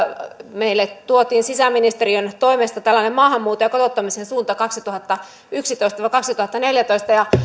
meille tuotiin sisäministeriön toimesta tällainen maahanmuuton ja kotouttamisen suunta kaksituhattayksitoista viiva kaksituhattaneljätoista ja